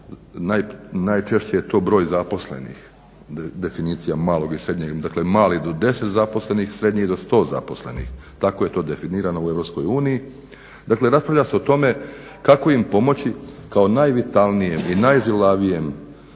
Najčešće je to broj zaposlenih, definicija malog i srednjeg, dakle mali do 10 zaposlenih, srednji i do 100 zaposlenih, tako je to definirano u EU. Dakle, raspravlja se o tome kako im pomoći kao najvitalnijem i najžilavijem